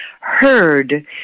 heard